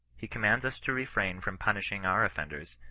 he commands us to refrain from punishing our offenders,